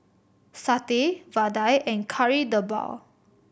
satay vadai and Kari Debal